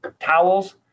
towels